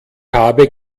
habe